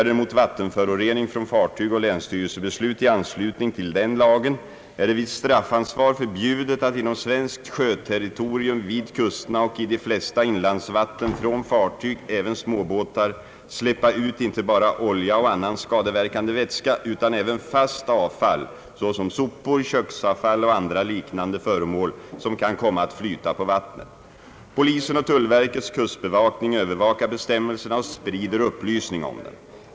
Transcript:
den lagen är det vid straffansvar förbjudet att inom svenskt sjöterritorium vid kusterna och i de flesta inlandsvatten från fartyg, även småbåtar, släppa ut inte bara olja och annan skadeverkande vätska utan även fast avfall såsom sopor, köksavfall och andra liknande föremål som kan komma att flyta på vattnet. Polisen och tullverkets kustbevakning övervakar bestämmelserna och sprider upplysning om dem.